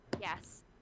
yes